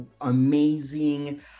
amazing